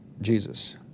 Jesus